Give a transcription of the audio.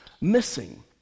missing